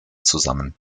zusammen